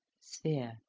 sphere.